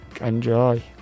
enjoy